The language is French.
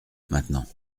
maintenant